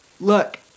Look